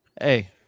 hey